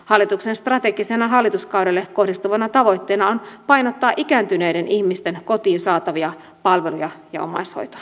hallituksen strategisena hallituskaudelle kohdistuvana tavoitteena on painottaa ikääntyneiden ihmisten kotiin saatavia palveluja ja omaishoitoa